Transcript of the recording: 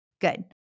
Good